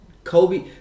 Kobe